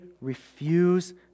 refuse